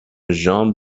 ژان